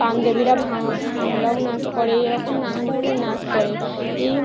পাঞ্জাবিরা ভাংড়াও নাচ করে এরকম নানা ধরনের নাচ করে এই